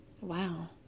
Wow